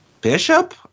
Bishop